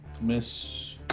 miss